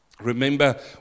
remember